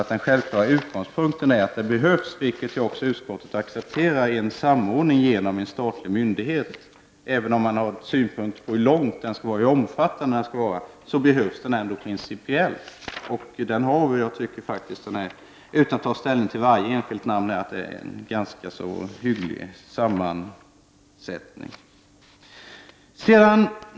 Den självklara utgångspunkten är att det behövs, vilket utskottet accepterar, en samordning med hjälp av en statlig myndighet. Även om man kan ha olika synpunkter på omfattningen, behövs en samordning av principiella skäl. Utan att ta ställning till varje enskilt namn tycker jag också att sammansättningen är ganska hygglig.